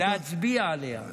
להצביע עליה.